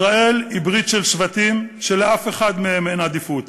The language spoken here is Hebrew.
ישראל היא ברית של שבטים שלאף אחד מהם אין עדיפות,